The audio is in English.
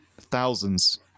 thousands